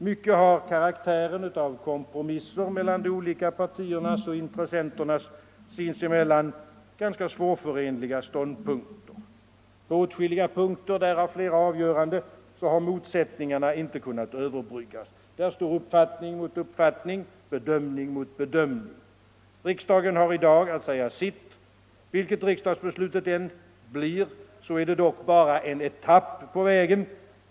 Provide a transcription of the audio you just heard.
Mycket har karaktären av kompromisser mellan de olika partiernas och intressenternas sinsemellan ganska svårförenliga ståndpunkter. På åtskilliga punkter, därav flera avgörande, har motsättningarna inte kunnat överbryggas. Där står uppfattning mot uppfattning, bedömning mot bedömning. Riksdagen har i dag att säga sin mening. Vilket riksdagsbeslutet än blir är det dock bara en etapp på vägen.